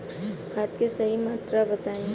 खाद के सही मात्रा बताई?